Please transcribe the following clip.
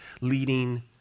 leading